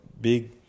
big